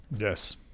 Yes